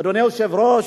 אדוני היושב-ראש,